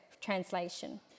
Translation